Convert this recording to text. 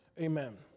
Amen